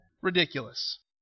Ridiculous